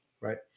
Right